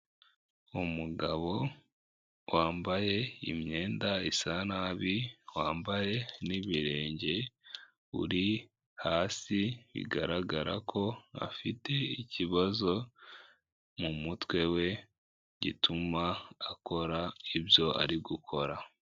Umugabo wambaye imyenda isa nabi, wambaye n'ibirenge uri hasi bigaragara ko afite ikibazo m'umutwe we gituma akora ibyo ari gukora.